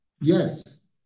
Yes